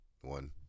one